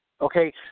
okay